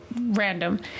Random